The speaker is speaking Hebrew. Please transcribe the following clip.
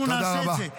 אנחנו נעשה את זה.